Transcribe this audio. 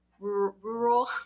rural